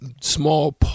small